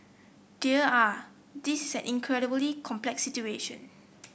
dear ah this is an incredibly complex situation